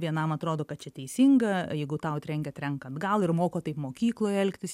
vienam atrodo kad čia teisinga jeigu tau trenkia trenk atgal ir moko taip mokykloj elgtis